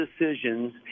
decisions